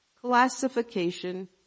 classification